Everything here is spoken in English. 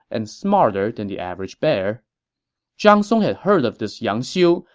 and smarter than the average bear zhang song had heard of this yang xiu,